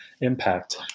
impact